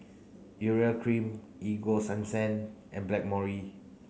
urea cream Ego Sunsense and Blackmores